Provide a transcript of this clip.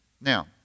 Now